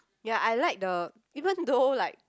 ya I like the even though like